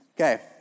okay